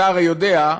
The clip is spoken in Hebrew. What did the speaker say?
אתה הרי יודע,